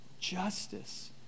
justice